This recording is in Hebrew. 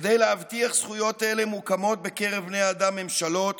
כדי להבטיח זכויות אלה מוקמות בקרב בני האדם ממשלות